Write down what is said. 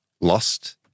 lost